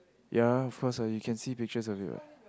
ya of course what you can see pictures of it what